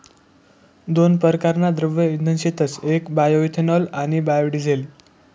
दोन परकारना द्रव्य इंधन शेतस येक बायोइथेनॉल आणि बायोडिझेल